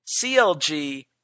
CLG